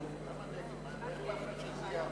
ההצעה